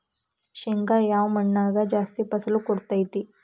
ಶೇಂಗಾ ಯಾವ ಮಣ್ಣಾಗ ಜಾಸ್ತಿ ಫಸಲು ಕೊಡುತೈತಿ?